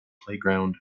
playground